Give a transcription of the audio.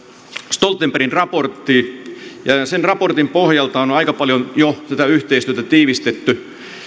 stoltenbergin raportti ja sen raportin pohjalta on on aika paljon jo tätä yhteistyötä tiivistetty